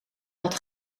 dat